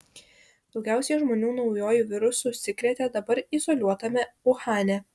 daugiausiai žmonių naujuoju virusu užsikrėtė dabar izoliuotame uhane